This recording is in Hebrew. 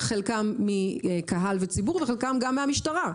חלקם מקהל וציבור וחלקם גם מהמשטרה.